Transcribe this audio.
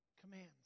commands